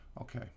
okay